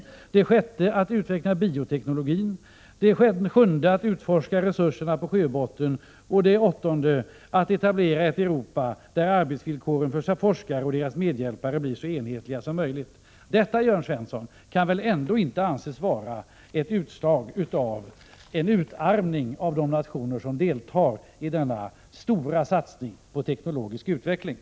För det sjätte gäller det att utveckla bioteknologin, för det sjunde att utforska resurserna på sjöbotten och för det åttonde att etablera ett Europa, där arbetsvillkoren för forskarna och deras medhjälpare blir så enhetliga som möjligt. Denna stora satsning på teknologisk utveckling kan väl ändå inte, Jörn Svensson, anses vara något slags utarmning av de deltagande nationerna.